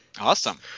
Awesome